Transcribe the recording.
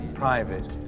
private